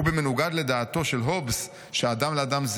ובמנוגד לדעתו של הובס ש'אדם לאדם,